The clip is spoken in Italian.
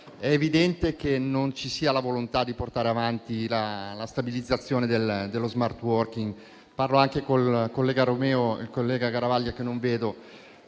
è evidente che non c'è la volontà di portare avanti la stabilizzazione dello *smart working*. Mi rivolgo anche al collega Romeo e al collega Garavaglia, che non vedo.